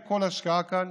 כל השקעה כאן